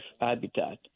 habitat